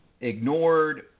ignored